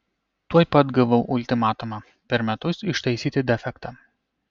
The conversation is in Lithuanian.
tuoj pat gavau ultimatumą per metus ištaisyti defektą